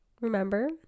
remember